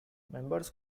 members